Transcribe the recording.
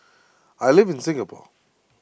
I live in Singapore